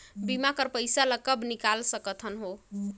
बीमा कर पइसा ला कब निकाल सकत हो?